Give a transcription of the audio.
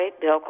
Bill